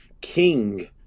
king